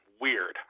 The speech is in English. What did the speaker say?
Weird